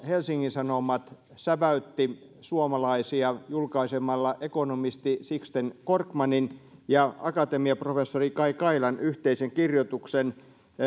helsingin sanomat säväytti suomalaisia kolmas maaliskuuta julkaisemalla ekonomisti sixten korkmanin ja akatemiaprofessori kai kailan yhteisen kirjoituksen